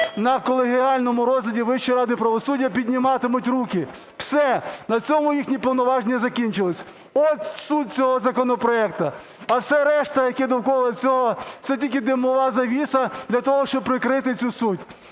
на колегіальному розгляді Вищої ради правосуддя, підніматимуть руки. Все, на цьому їхні повноваження закінчились. От суть цього законопроекту. А все решта, яке довкола цього, це тільки димова завіса для того, щоб прикрити цю суть.